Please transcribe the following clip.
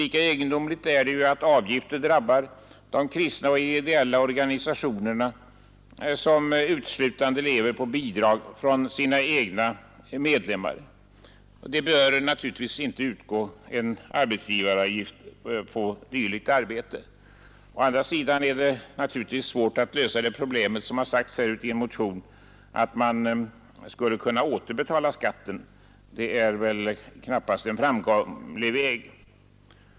Lika egendomligt är det att avgiften drabbar de kristna och ideella organisationerna, som ju uteslutande lever på bidrag från sina egna medlemmar. Det bör inte utgå någon arbetsgivaravgift på dylikt arbete. Å andra sidan är det naturligtvis svårt att lösa problemet. Att man — som det har sagts i en motion — skulle återbetala skatten är väl knappast en framkomlig väg.